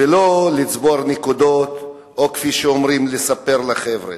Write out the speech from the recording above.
ולא כדי לצבור נקודות או כפי שאומרים: לספר לחבר'ה.